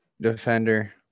defender